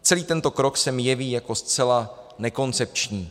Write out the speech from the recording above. Celý tento krok se mi jeví jako zcela nekoncepční.